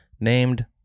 named